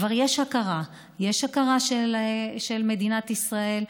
כבר יש הכרה, יש הכרה של מדינת ישראל,